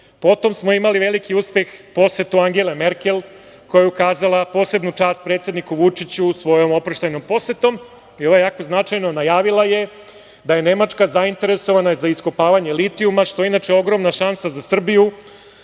smo imali veliki uspeh, posetu Angele Merkel koja je ukazala posebnu čast predsedniku Vučiću svojom oproštajnom posetom i, ovo je jako značajno, najavila je da je Nemačka zainteresovana za iskopavanje litijuma, što je inače ogromna šansa za Srbiju,